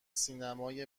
سینمای